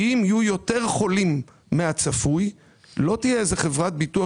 אם יהיו יותר חולים מהצפוי לא תהיה איזה חברת ביטוח